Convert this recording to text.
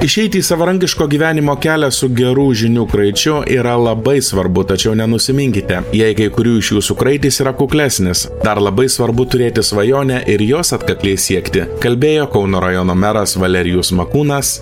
išeiti į savarankiško gyvenimo kelią su gerų žinių kraičio yra labai svarbu tačiau nenusiminkite jei kai kurių iš jūsų kraitis yra kuklesnis dar labai svarbu turėti svajonę ir jos atkakliai siekti kalbėjo kauno rajono meras valerijus makūnas